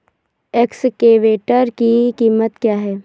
Excavator की कीमत क्या है?